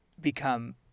become